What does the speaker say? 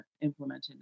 implemented